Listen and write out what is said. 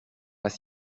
pas